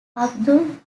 abdul